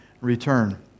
return